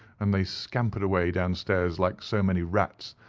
and they scampered away downstairs like so many rats,